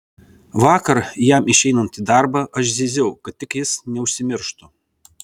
vakar jam išeinant į darbą aš zyziau kad tik jis neužsimirštų